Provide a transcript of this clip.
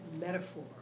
metaphor